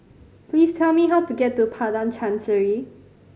please tell me how to get to Padang Chancery